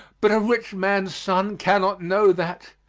but a rich man's son cannot know that.